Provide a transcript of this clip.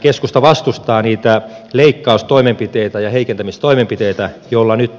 keskusta vastustaa niitä leikkaustoimenpiteitä ja heikentämistoimenpiteitä joilla nyt